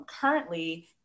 currently